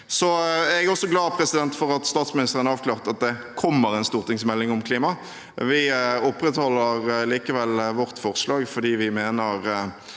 Jeg er også glad for at statsministeren avklarte at det kommer en stortingsmelding om klima. Vi opprettholder likevel vårt forslag, fordi vi mener